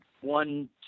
one